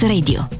Radio